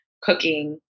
cooking